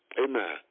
Amen